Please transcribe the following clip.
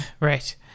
Right